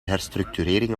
herstructurering